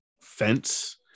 fence